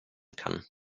kann